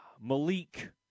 Malik